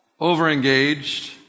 overengaged